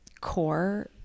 core